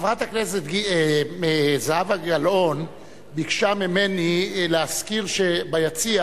חברת הכנסת זהבה גלאון ביקשה ממני להזכיר שביציע